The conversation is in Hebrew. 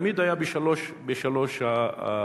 תמיד היה בשלוש השפות.